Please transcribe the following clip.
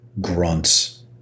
grunts